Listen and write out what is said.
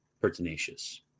pertinacious